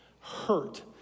hurt